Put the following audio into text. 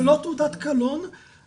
זה לא תעודת קלון,